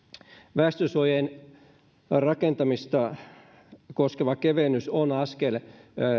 väestönsuojien rakentamista koskeva kevennys on askel